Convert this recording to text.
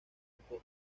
bosques